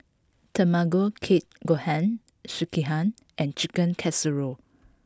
Tamago Kake Gohan Sekihan and Chicken Casserole